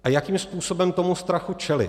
A jakým způsobem tomu strachu čelit?